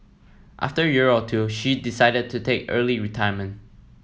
after a year or two she decided to take early retirement